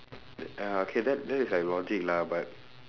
uh okay that that is like logic lah but